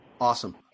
Awesome